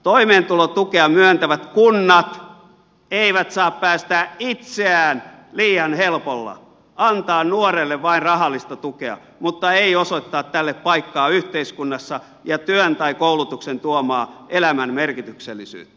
toimeentulotukea myöntävät kunnat eivät saa päästää itseään liian helpolla antaa nuorelle vain rahallista tukea mutta ei osoittaa tälle paikkaa yhteiskunnassa ja työn tai koulutuksen tuomaa elämän merkityksellisyyttä